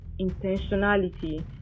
intentionality